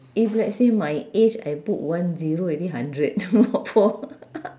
if let's say my age I put one zero already hundred